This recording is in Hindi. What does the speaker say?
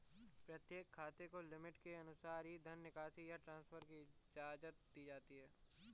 प्रत्येक खाते को लिमिट के अनुसार ही धन निकासी या ट्रांसफर की इजाजत दी जाती है